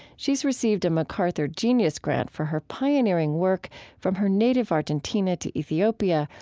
she's received a macarthur genius grant for her pioneering work from her native argentina to ethiopia,